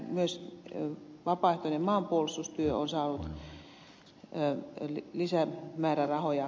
myös vapaaehtoinen maanpuolustustyö on saanut lisämäärärahoja